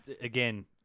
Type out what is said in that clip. Again